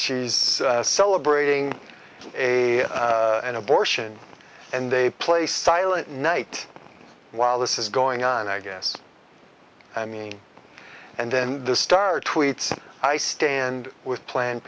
she's celebrating a abortion and they play silent night while this is going on i guess i mean and then the star tweets i stand with planned